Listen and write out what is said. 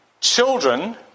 Children